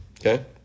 Okay